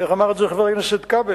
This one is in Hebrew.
איך אמר את זה חבר הכנסת כבל?